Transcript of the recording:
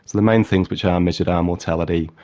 the main things which are measured are mortality,